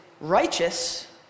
righteous